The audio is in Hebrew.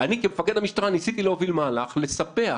אני כמפקד המשטרה ניסיתי להוביל מהלך לספח